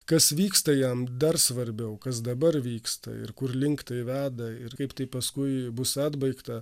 kas vyksta jam dar svarbiau kas dabar vyksta ir kurlink veda ir kaip tai paskui bus atbaigta